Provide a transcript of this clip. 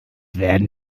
werden